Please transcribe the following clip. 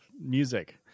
music